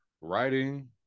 writing